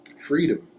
Freedom